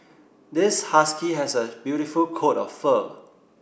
this husky has a beautiful coat of fur